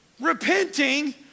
repenting